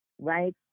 right